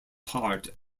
part